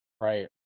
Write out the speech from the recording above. Right